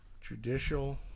judicial